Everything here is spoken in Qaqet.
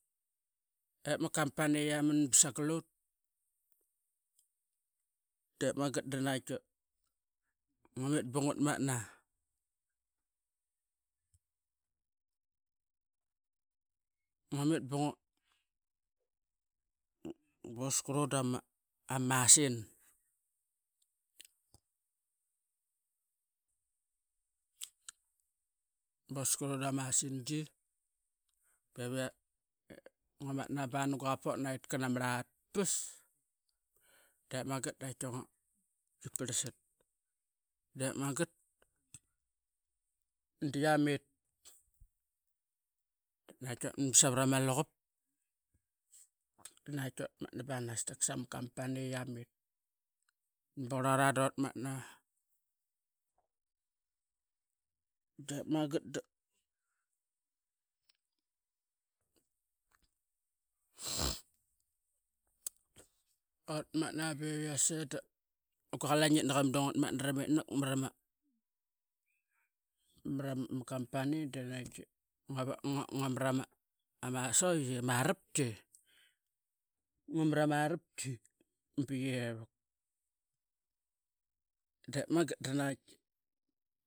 Ngua mit bang utmatna ngua mit ba ngu boscrew da ma machine, boscrew da ma machine ngua matna banagua qama fortnight kana ama rlatpas dep maget danaqaitki ngua parsat dep magat diama mit naqait ut mit basavar ama qup danaqaitki uratmatna banas dap kasa ma company ya mit ba qurora doratmatna. Dep maget da uratmatna bevias ee da guaqalioni tnak imadu ngutmat ramitnak namara ma company ngua mara ama a saw qia ama rapki bi ya vuk dep magat da.